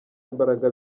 imbaraga